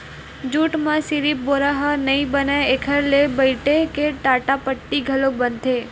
jute म सिरिफ बोरा ह नइ बनय एखर ले बइटे के टाटपट्टी घलोक बनथे